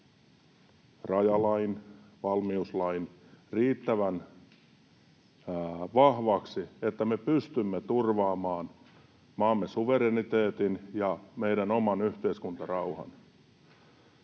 rajalain ja valmiuslain riittävän vahvoiksi, että me pystymme turvaamaan maamme suvereniteetin ja meidän oman yhteiskuntarauhamme.